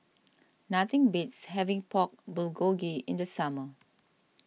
nothing beats having Pork Bulgogi in the summer